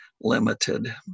limited